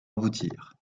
aboutir